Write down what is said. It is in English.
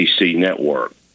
network